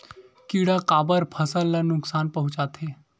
किड़ा काबर फसल ल नुकसान पहुचाथे?